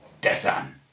Desan